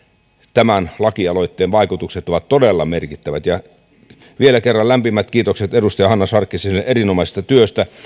tämän lakialoitteen vaikutukset ovat todella merkittävät vielä kerran lämpimät kiitokset edustaja hanna sarkkiselle erinomaisesta työstä